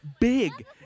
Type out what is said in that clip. big